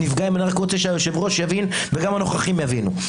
אני מקווה שחברתי חברת הכנסת אפרת רייטן לא תכעס